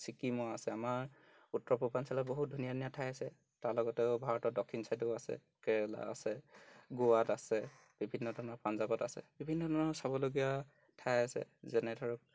ছিকিমো আছে আমাৰ উত্তৰ পূৰ্বাঞ্চলত বহুত ধুনীয়া ধুনীয়া ঠাই আছে তাৰ লগতেও ভাৰতৰ দক্ষিণ ছাইদেও আছে কেৰেলা আছে গোৱাত আছে বিভিন্ন ধৰণৰ পাঞ্জাৱত আছে বিভিন্ন ধৰণৰ চাবলগীয়া ঠাই আছে যেনে ধৰক